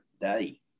day